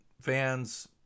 fans